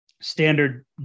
standard